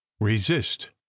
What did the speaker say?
Resist